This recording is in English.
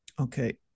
Okay